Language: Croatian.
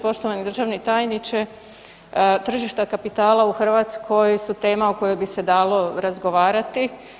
Poštovani državni tajniče, tržišta kapitala u Hrvatskoj su tema o kojoj bi se dalo razgovarati.